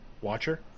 watcher